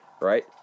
Right